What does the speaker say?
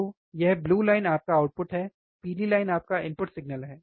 तो यह blue line आपका आउटपुट है पीली लाइन आपका इनपुट सिग्नल है